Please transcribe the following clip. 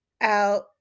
out